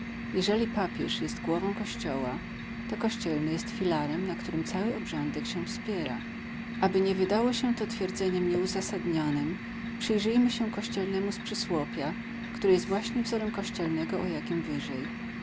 jeżeli papież jest głową kościoła to kościelny jest filarem na którym cały obrządek się wspiera aby nie wydało się to twierdzeniem nieuzasadnionem przyjrzyjmy się kościelnemu z przysłopia który jest właśnie wzorem kościelnego o jakim wyżej